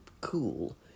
cool